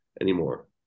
anymore